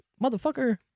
motherfucker